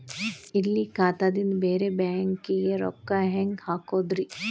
ಇಲ್ಲಿ ಖಾತಾದಿಂದ ಬೇರೆ ಬ್ಯಾಂಕಿಗೆ ರೊಕ್ಕ ಹೆಂಗ್ ಹಾಕೋದ್ರಿ?